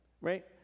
right